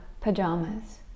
pajamas